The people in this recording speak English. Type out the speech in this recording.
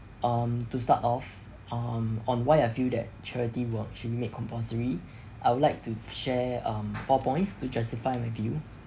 um to start off um on why I feel that charity work should be made compulsory I would like to share um four points to justify with you